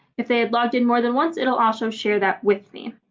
if they had logged in more than once, it'll also share that with me.